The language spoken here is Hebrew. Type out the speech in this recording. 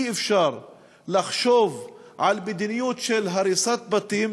אי-אפשר לחשוב על מדיניות של הריסת בתים